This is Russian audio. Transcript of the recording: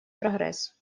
прогресс